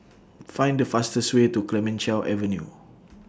Find The fastest Way to Clemenceau Avenue